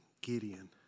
Gideon